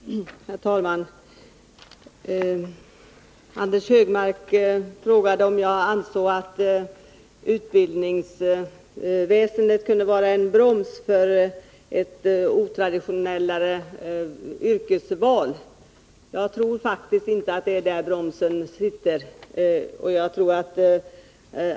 Herr talman! Anders Högmark frågade om jag ansåg att utbildningsväsendet kunde vara en broms för ett mindre traditionellt yrkesval. Jag tror faktiskt inte att det är där bromsen sitter.